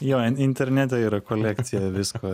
jo internete yra kolekcija visko